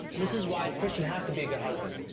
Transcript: this is why christian has to be a good husband.